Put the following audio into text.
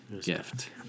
gift